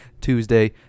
tuesday